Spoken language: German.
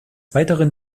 weiteren